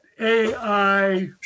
AI